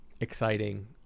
exciting